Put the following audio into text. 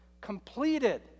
completed